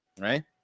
Right